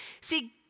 See